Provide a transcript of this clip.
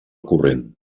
corrent